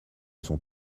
sont